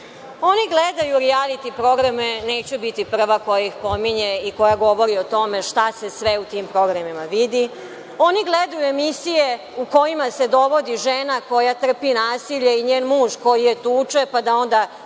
Oni gledaju rijaliti programe, neću biti prva koja ih pominje i koja govori o tome šta se sve u tim programima vidi, oni gledaju emisije u kojima se dovodi žena koja trpi nasilje i njen muž koji je tuče pa da onda